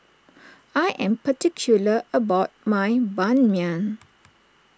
I am particular about my Ban Mian